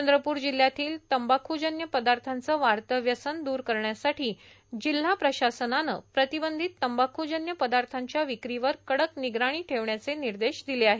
चंद्रपूर जिल्ह्यातील तंबाखूजन्य पदार्थाचं वाढतं व्यसन दूर करण्यासाठी जिल्हा प्रशासनानं प्रतिबंधीत तंबाखूजन्य पदार्थाच्या विक्रीवर कडक निगराणी ठेवण्याचे निर्देश दिले आहेत